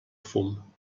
fum